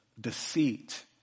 deceit